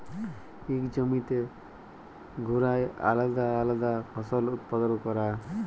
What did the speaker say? ইক জমিতে ঘুরায় আলেদা আলেদা ফসল উৎপাদল ক্যরা